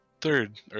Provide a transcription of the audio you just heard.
third